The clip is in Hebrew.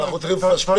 אנחנו צריכים לפשפש